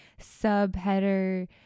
subheader